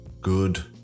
good